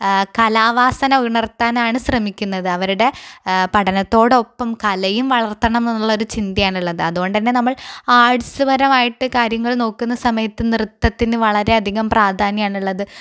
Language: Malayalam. കലാവാസന ഉണർത്താനാണ് ശ്രമിക്കുന്നത് അവരുടെ പഠനത്തോടൊപ്പം കലയും വളർത്തണം എന്നുള്ളൊരു ചിന്തയാണ് ഉള്ളത് അതുകൊണ്ട് തന്നെ നമ്മൾ ആർട്സ് പരമായിട്ട് കാര്യങ്ങൾ നോക്കുന്ന സമയത്ത് നൃത്തതിന് വളരെയധികം പ്രാധാന്യമാണ് ഉള്ളത്